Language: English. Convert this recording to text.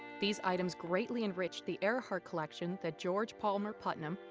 these items greatly enriched the earhart collection that george palmer putnam,